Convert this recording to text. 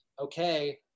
okay